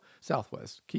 southwest